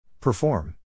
Perform